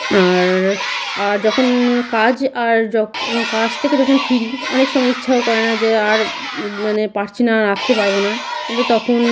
আর আর যখন কাজ আর জক কাজ থেকে যখন ফিরি অনেক সময় ইচ্ছাও করে না যে আর মানে পারছি না আর আঁকতে পারবো না কিন্তু তখন